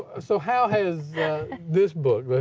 ah so how has this book,